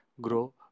grow